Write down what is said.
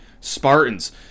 Spartans